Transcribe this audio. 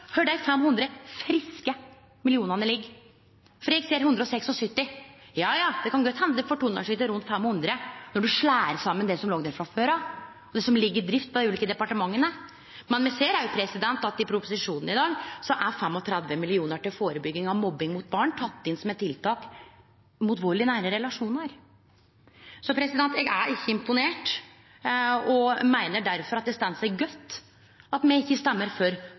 kvar dei 500 friske millionane ligg, for eg ser 176. Ja, det kan godt hende det fortonar seg som rundt 500 når ein slår saman det som låg der frå før, og det som ligg i drift i dei ulike departementa, men vi ser òg at i proposisjonen i dag er 35 mill. til førebygging av mobbing mot barn teke inn som eit tiltak mot vald i nære relasjonar. Så eg er ikkje imponert, og meiner difor at det står seg godt at me ikkje stemmer for